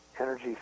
energy